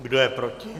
Kdo je proti?